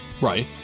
Right